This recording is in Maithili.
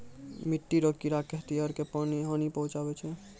मिट्टी रो कीड़े खेतीहर क हानी पहुचाबै छै